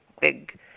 big